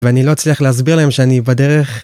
ואני לא אצליח להסביר להם שאני בדרך